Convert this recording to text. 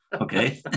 Okay